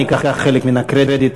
ניקח חלק מהקרדיט,